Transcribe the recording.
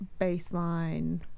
baseline